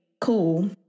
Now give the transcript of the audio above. cool